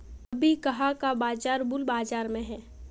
अभी कहाँ का बाजार बुल बाजार में है?